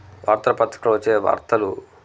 వార్తా పత్రికలో వచ్చే వార్తలు